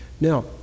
Now